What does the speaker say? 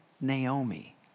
Naomi